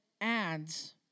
ads